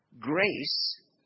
grace